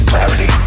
Clarity